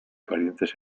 parientes